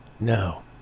no